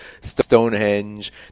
Stonehenge